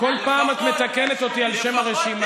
כל פעם את מתקנת אותי על שם הרשימה.